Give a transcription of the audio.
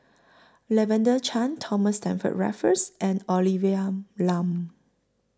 Lavender Chang Thomas Stamford Raffles and Olivia Lum